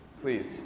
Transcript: please